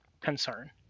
concern